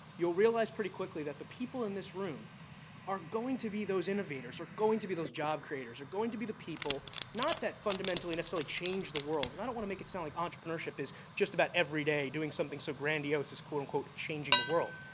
you'll realize pretty quickly that the people in this room are going to be those innovators, are going to be those job creators, are going to be the people not that fundamentally necessarily change the world, and i don't want to make it sound like entrepreneurship is just about every day doing something so grandiose as quote-unquote changing the world,